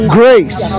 grace